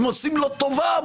אם עושים לו טובה,